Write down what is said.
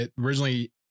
Originally